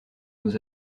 nous